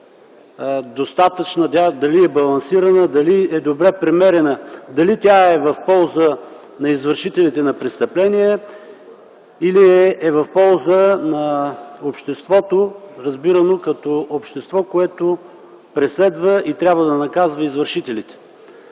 дали е балансирана, дали е добре премерена, дали тя е в полза на извършителите на престъпления, или е в полза на обществото (разбирано като общество, което преследва и трябва да наказва извършителите),